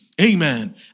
Amen